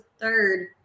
third